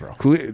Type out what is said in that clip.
bro